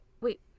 wait